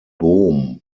bohm